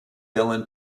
dylan